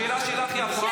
רק שנייה.